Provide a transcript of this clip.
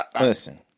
Listen